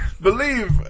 Believe